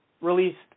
released